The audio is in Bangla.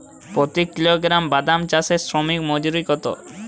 প্রতি কিলোগ্রাম বাদাম চাষে শ্রমিক মজুরি কত?